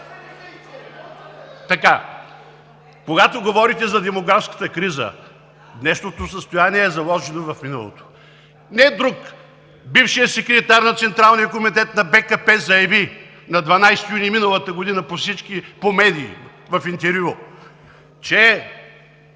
Когато говорите за демографската криза, днешното състояние е заложено в миналото. Не друг, бившият секретар на Централния комитет на БКП заяви на 12 юни миналата година по медиите в интервю, че